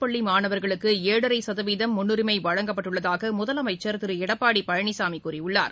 பள்ளி மாணவர்களுக்கு ஏழரை சதவீதம் முன்னுரிமை வழங்கப்பட்டுள்ளதாக முதலமைச்சர் திரு எடப்பாடி பழனிசாமி கூறியுள்ளார்